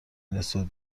نسبت